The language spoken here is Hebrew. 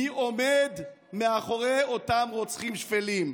מי עומד מאחורי אותם רוצחים שפלים.